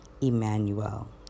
emmanuel